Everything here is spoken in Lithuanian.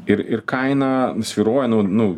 ir ir kaina svyruoja nuo nu